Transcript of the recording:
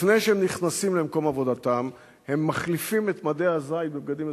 לפני שהם נכנסים למקום עבודתם הם מחליפים את מדי הזית בבגדים אזרחיים,